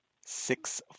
six